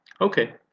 Okay